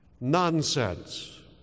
nonsense